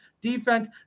defense